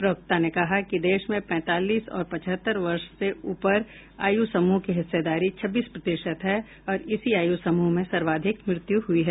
प्रवक्ता ने कहा कि देश में पैंतालीस और पचहत्तर वर्ष से ऊपर आयु समूह की हिस्सेदारी छब्बीस प्रतिशत है और इसी आयु समूह में सर्वाधिक मृत्यु हुई हैं